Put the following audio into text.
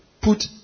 Put